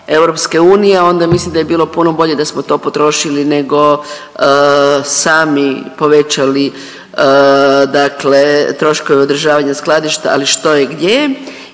fonda EU, onda mislim da bi bilo puno bolje da smo to potrošili nego sami povećali, dakle troškove održavanja skladišta ali što i gdje.